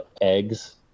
eggs